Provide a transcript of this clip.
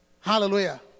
Hallelujah